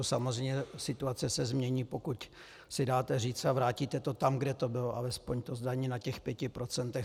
Samozřejmě situace se změní, pokud si dáte říct a vrátíte to tam, kde to bylo, alespoň to zdanění na pěti procentech.